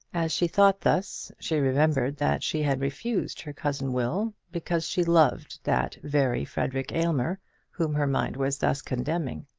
as she thought thus, she remembered that she had refused her cousin will because she loved that very frederic aylmer whom her mind was thus condemning.